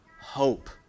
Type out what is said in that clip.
hope